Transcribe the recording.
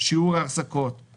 שיעור החזקותיו